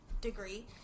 degree